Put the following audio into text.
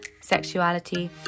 sexuality